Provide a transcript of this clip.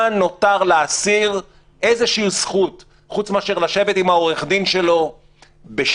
איזה זכות נותרה לאסיר חוץ מלשבת עם עורך הדין שלו בשקט,